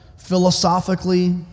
philosophically